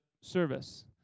service